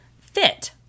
fit